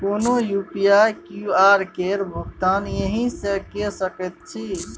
कोनो UPI QR केर भुगतान एहिसँ कए सकैत छी